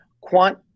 Quant